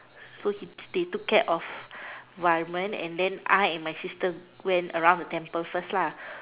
so he they took care of Varum and then I and my sister went around the temple first lah